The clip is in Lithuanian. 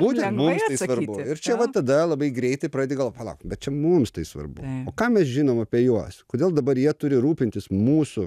būtent mums tai svarbu ir čia vat tada labai greitai pradedi galvot palauk bet čia mums tai svarbu o ką mes žinom apie juos kodėl dabar jie turi rūpintis mūsų